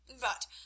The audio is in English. But